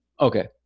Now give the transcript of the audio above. Okay